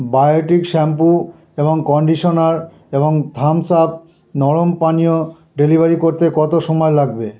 Biotique shampoo এবং conditioner এবং Thums Up নরম পানীয় ডেলিভারি করতে কতো সময় লাগবে